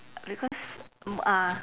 because mm ah